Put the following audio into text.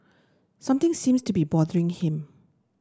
something seems to be bothering him